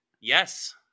Yes